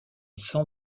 sans